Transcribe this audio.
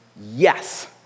yes